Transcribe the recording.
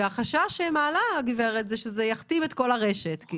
והחשש שמעלה הגברת הוא שזה יכתים את כל הרשת.